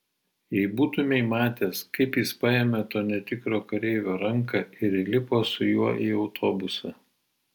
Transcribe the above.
jei būtumei matęs kaip jis paėmė to netikro kareivio ranką ir įlipo su juo į autobusą